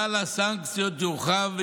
סל הסנקציות יורחב,